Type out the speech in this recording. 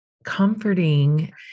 comforting